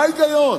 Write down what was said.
מה ההיגיון?